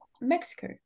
Mexico